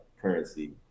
currency